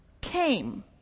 came